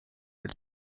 del